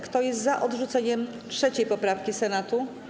Kto jest za odrzuceniem 3. poprawki Senatu?